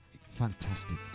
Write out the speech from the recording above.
Fantastic